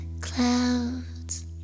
clouds